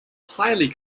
highly